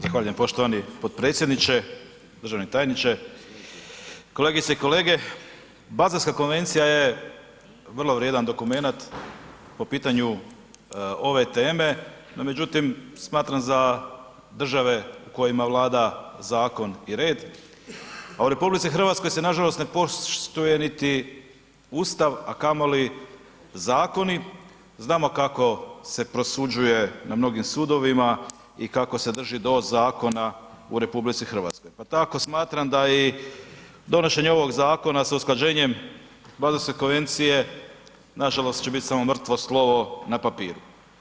Zahvaljujem poštovani potpredsjedniče, državni tajniče, kolegice i kolege, Baselska konvencija je vrlo vrijedan dokumenat po pitanju ove teme, no međutim, smatram za države u kojima vlada zakon i red, a u RH se nažalost ne poštuje niti Ustav, a kamoli zakoni, znamo kako se prosuđuje na mnogim sudovima i kako se drži do zakona u RH, pa tako smatram da i donošenje ovog zakona sa usklađenjem Baselske konvencije nažalost će bit samo mrtvo slovo na papiru.